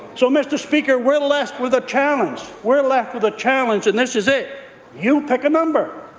so, mr. speaker, we're left with a challenge. we're left with a challenge, and this is it you pick a number.